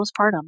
postpartum